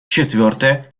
четвертое